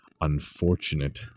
unfortunate